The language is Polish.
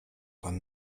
pan